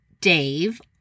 Dave